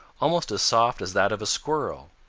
almost as soft as that of a squirrel.